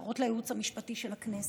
הערות הייעוץ המשפטי של הכנסת,